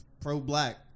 pro-black